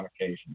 occasion